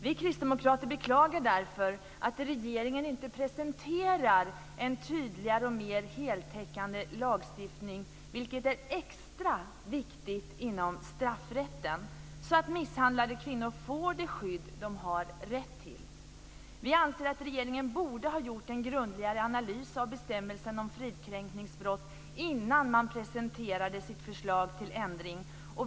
Vi kristdemokrater beklagar därför att regeringen inte presenterar en tydligare och mer heltäckande lagstiftning, vilket är extra viktigt inom straffrätten, så att misshandlade kvinnor får det skydd de har rätt till. Vi anser att regeringen borde ha gjort en grundligare analys av bestämmelsen om fridskränkningsbrott innan man presenterade sitt förslag till ändring.